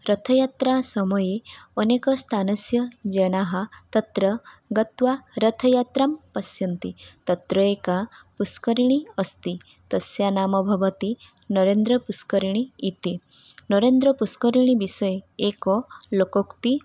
रथयात्रासमये अनेकस्थानस्थ जनाः तत्र गत्वा रथयात्रां पश्यन्ति तत्र एका पुष्करणी अस्ति तस्या नाम भवति नरेन्द्रपुष्करणी इति नरेन्द्रपुष्करणीविषये एक लोकोक्तिः